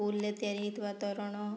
ଉଲ୍ରେ ତିଆରି ହେଇଥିବେ ତୋରଣ